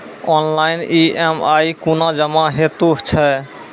Online EMI कूना जमा हेतु छै?